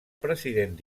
president